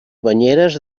banyeres